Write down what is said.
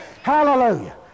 Hallelujah